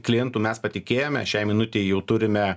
klientu mes patikėjome šiai minutei jau turime